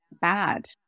bad